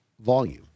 volume